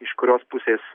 iš kurios pusės